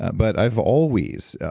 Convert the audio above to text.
but i've always,